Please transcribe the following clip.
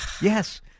yes